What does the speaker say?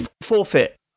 forfeit